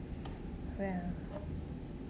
well